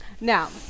Now